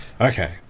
Okay